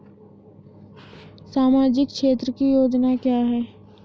सामाजिक क्षेत्र की योजना क्या है?